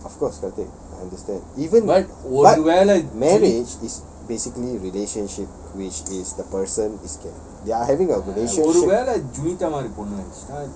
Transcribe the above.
ya ya ya of course granted I understand even if but marriage is basically a relationship which is the person is scared they are having a relationship